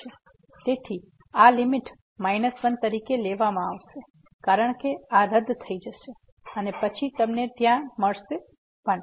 તેથી આ લીમીટ 1 તરીકે આવશે કારણ કે આ રદ થઈ જશે અને પછી તમને ત્યાં મળશે 1